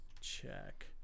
check